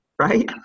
right